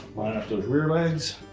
line up those rear lids